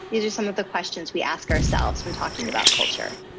these are some of the questions we ask ourselves when talking about culture.